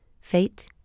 fate